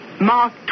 Mark